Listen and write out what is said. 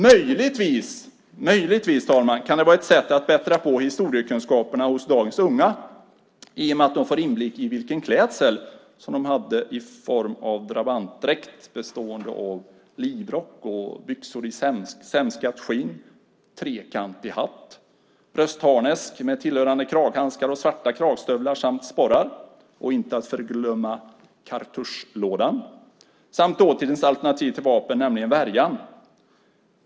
Möjligtvis, fru talman, kan det vara ett sätt att bättra på historiekunskaperna hos dagens unga i och med att de får inblick i vilken klädsel man hade i form av drabantdräkt bestående av livrock och byxor i sämskat skinn, trekantig hatt, bröstharnesk med tillhörande kraghandskar och svarta kragstövlar samt sporrar och, inte att förglömma, kartuschlådan samt dåtidens alternativ till vapen, nämligen värjan.